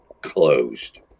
closed